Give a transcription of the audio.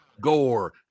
gore